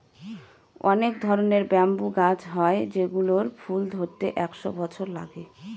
অনেক ধরনের ব্যাম্বু গাছ হয় যেগুলোর ফুল ধরতে একশো বছর লেগে যায়